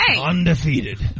Undefeated